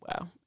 wow